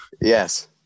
Yes